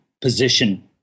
position